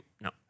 no